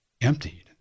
emptied